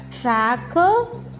tracker